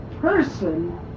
person